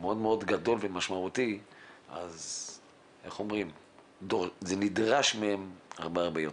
מאוד מאוד גדול ומשמעותי אז זה נדרש מהם הרבה הרבה יותר.